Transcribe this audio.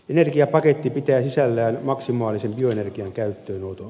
energiapaketti pitää sisällään maksimaalisen bioenergian käyttöönoton